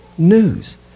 news